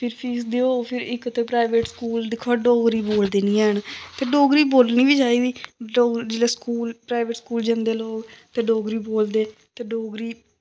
फिर फीस देओ फिर इक ते प्राइवेट स्कूल दिक्खो डोगरी बोलदे नी हैन ते डोगरी बोलनी बी चाहिदी डोगरी जेल्लै स्कूल प्राइवेट स्कूल जंदे लोग ते डोगरी बोलदे ते डोगरी